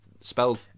spelled